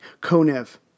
Konev